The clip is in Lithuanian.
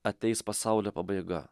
ateis pasaulio pabaiga